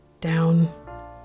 down